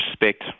respect